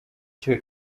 icyo